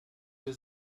für